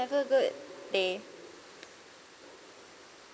have a good day